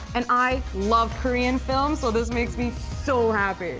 and i love korean films so this makes me so happy.